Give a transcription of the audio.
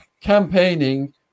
campaigning